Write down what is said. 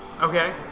Okay